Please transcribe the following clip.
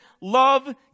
love